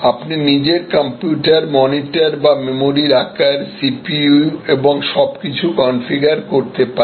আপনি নিজের computer monitor বা মেমরির আকার সিপিইউ এবং সব কিছু কনফিগার করতে পারেন